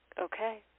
okay